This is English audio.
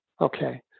Okay